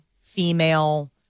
female